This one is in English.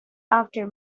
after